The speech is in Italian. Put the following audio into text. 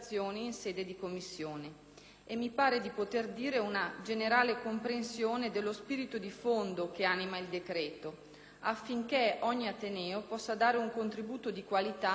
e, mi pare di poter dire, una generale comprensione dello spirito di fondo che anima il decreto, affinché ogni ateneo possa dare un contributo di qualità al futuro dell'Italia.